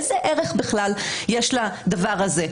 איזה ערך יש בכלל לדבר הזה?